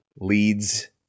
leads